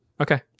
Okay